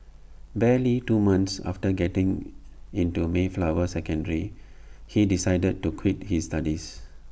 barely two months after getting into Mayflower secondary he decided to quit his studies